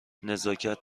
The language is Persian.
نزاکت